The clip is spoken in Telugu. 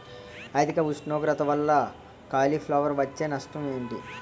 అధిక ఉష్ణోగ్రత వల్ల కాలీఫ్లవర్ వచ్చే నష్టం ఏంటి?